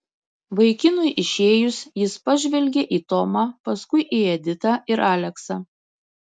vaikinui išėjus jis pažvelgė į tomą paskui į editą ir aleksą